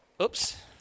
Oops